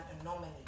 anomaly